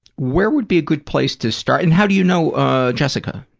where would be a good place to start? and how do you know ah jessica?